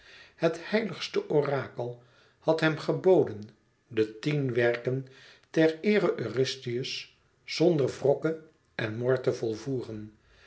het heiligste orakel had hem geboden de tien werken ter eere eurystheus zonder wrokke en mor te volvoeren